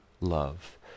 love